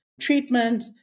treatment